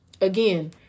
Again